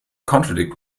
contradict